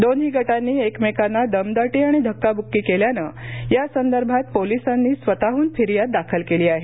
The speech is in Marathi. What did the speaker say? दोन गटांनी एकमेकांना दमदाटी आणि धक्काबुक्की केल्यानं या संदर्भात पोलिसांनी स्वतःडून फिर्याद दाखल केली आहे